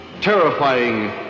terrifying